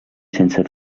sense